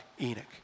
Enoch